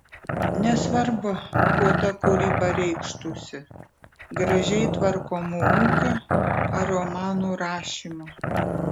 nesvarbu kuo ta kūryba reikštųsi gražiai tvarkomu ūkiu ar romanų rašymu